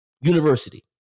University